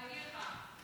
אני אגיד לך,